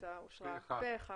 אין אושר אושר פה אחד.